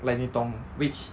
like 你懂 which